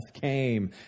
came